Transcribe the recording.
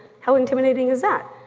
how intimidating is that?